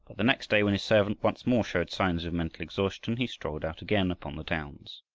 the next day, when his servant once more showed signs of mental exhaustion, he strolled out again upon the downs.